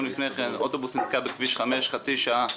לפני כן אוטובוס נתקע בכביש 5 במשך חצי שעה.